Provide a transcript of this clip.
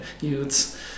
youths